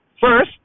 first